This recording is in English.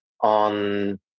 on